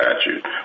statute